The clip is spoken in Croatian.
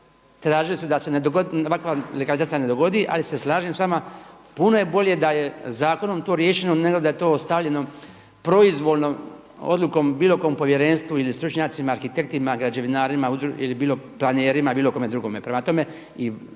tražili su da se ovakva legalizacija ne dogodi, ali se slažem s vama, puno je bolje da je zakonom to riješeno nego da je to ostavljeno proizvoljno odlukom bilo kom povjerenstvu ili stručnjacima, arhitektima, građevinarima, planerima i bilo kome drugome. Prema tome i